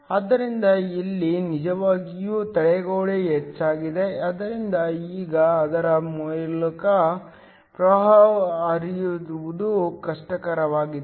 ಆದ್ದರಿಂದ ಇಲ್ಲಿ ನಿಜವಾಗಿಯೂ ತಡೆಗೋಡೆ ಹೆಚ್ಚಾಗಿದೆ ಆದ್ದರಿಂದ ಈಗ ಅದರ ಮೂಲಕ ಪ್ರವಾಹ ಹರಿಯುವುದು ಕಷ್ಟಕರವಾಗಿದೆ